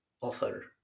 offer